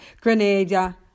Grenada